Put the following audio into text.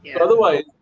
Otherwise